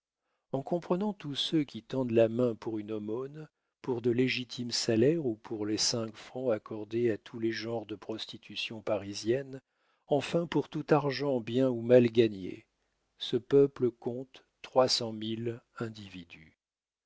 en comprenant tous ceux qui tendent la main pour une aumône pour de légitimes salaires ou pour les cinq francs accordés à tous les genres de prostitution parisienne enfin pour tout argent bien ou mal gagné ce peuple compte trois cent mille individus